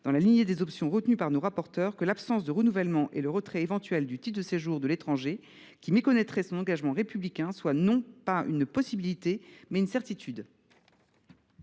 dans la lignée des options retenues par nos rapporteurs, que l’absence de renouvellement et le retrait éventuel du titre de séjour de l’étranger qui méconnaîtrait son engagement républicain soient non pas une possibilité, mais une certitude.